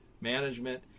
management